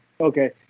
Okay